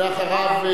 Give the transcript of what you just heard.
ואחריו,